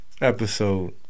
episode